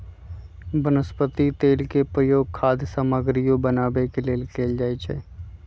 वनस्पति तेल के प्रयोग खाद्य सामगरियो बनावे के लेल कैल जाई छई